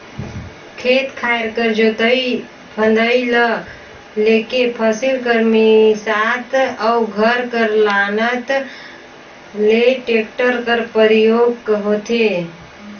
खेत खाएर कर जोतई फदई ल लेके फसिल कर मिसात अउ घर कर लानत ले टेक्टर कर परियोग होथे